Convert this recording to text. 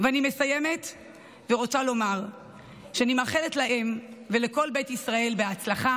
אני מסיימת ורוצה לומר שאני מאחלת להם ולכל בית ישראל הצלחה,